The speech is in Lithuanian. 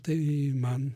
tai man